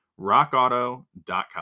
Rockauto.com